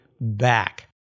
back